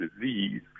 disease